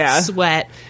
sweat